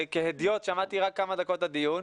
כהדיוט שמעתי רק כמה דקות את הדיון.